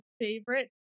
favorite